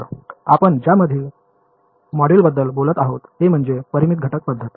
तर आपण ज्या पुढील मॉड्यूलबद्दल बोलत आहोत ते म्हणजे परिमित घटक पद्धत